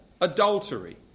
adultery